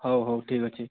ହଉ ହଉ ଠିକ୍ ଅଛି